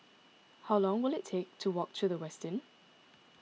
how long will it take to walk to the Westin